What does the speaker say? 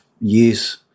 years